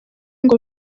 ngo